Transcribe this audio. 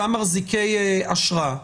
אותם מחזיקי אשרה,